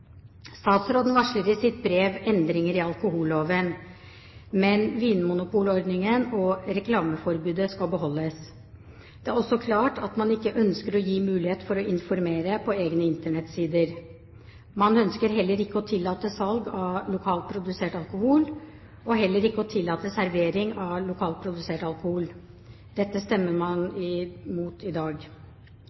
Statsråden varsler i sitt brev endringer i alkoholloven, men vinmonopolordningen og reklameforbudet skal beholdes. Det er også klart at man ikke ønsker å gi mulighet for å informere på egne Internett-sider. Man ønsker heller ikke å tillate salg av lokalt produsert alkohol – og heller ikke å tillate servering av lokalt produsert alkohol. Dette stemmer man imot i dag. I